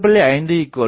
514cot 4